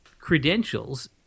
credentials